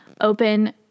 open